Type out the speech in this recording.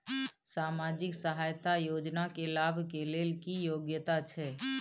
सामाजिक सहायता योजना के लाभ के लेल की योग्यता छै?